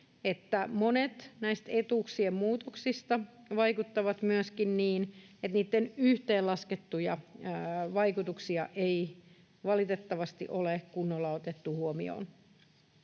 monet näistä etuuksien muutoksista vaikuttavat myöskin niin, että niitten yhteenlaskettuja vaikutuksia ei valitettavasti ole kunnolla otettu huomioon.